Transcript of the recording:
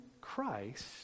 Christ